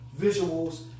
Visuals